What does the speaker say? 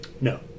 No